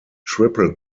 triple